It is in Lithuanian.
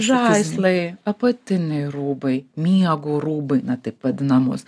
žaislai apatiniai rūbai miego rūbai na taip vadinamos